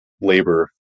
labor